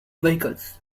vehicles